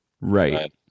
Right